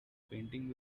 painting